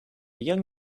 young